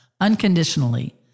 unconditionally